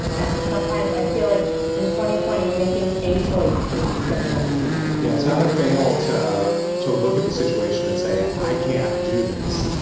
and sometimes i feel like in twenty twenty, making a choice is difficult yeah. it's not a fail to to look at the situation and say i can't do this.